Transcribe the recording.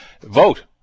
vote